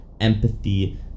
empathy